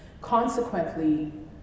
Consequently